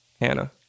hannah